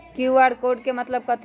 QR code के मतलब कथी होई?